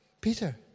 Peter